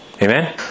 Amen